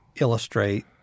illustrate